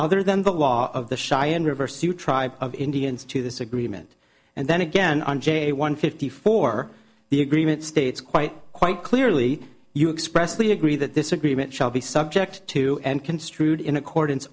other than the law of the cheyenne river sioux tribe of indians to this agreement and then again on j one fifty four the agreement states quite quite clearly you express the agree that this agreement shall be subject to and construed in accordance